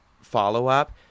follow-up